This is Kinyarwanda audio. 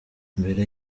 mbere